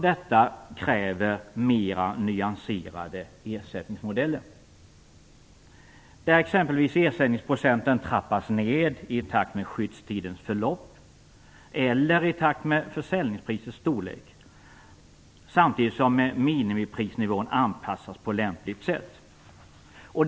Detta kräver mer nyanserade ersättningsmodeller, där exempelvis ersättningsprocenten trappas ned i takt med skyddstidens förlopp eller i takt med försäljningsprisets storlek, samtidigt som minimiprisnivån anpassas på lämpligt sätt.